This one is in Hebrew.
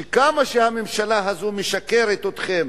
שכמה שהממשלה הזאת משקרת אתכם,